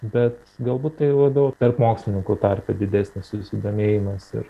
bet galbūt tai labiau tarp mokslininkų tarpe didesnis susidomėjimas ir